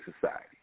society